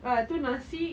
ah tu nasi